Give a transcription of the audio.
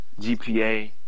GPA